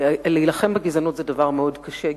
להילחם בגזענות, זה דבר מאוד קשה.